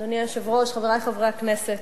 אדוני היושב-ראש, חברי חברי הכנסת,